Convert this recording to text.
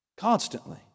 Constantly